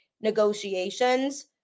negotiations